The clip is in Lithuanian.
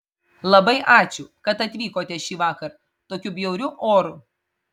labai ačiū kad atvykote šįvakar tokiu bjauriu oru